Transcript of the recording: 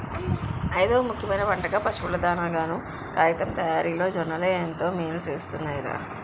ఐదవ ముఖ్యమైన పంటగా, పశువుల దానాగాను, కాగితం తయారిలోకూడా జొన్నలే ఎంతో మేలుసేస్తున్నాయ్ రా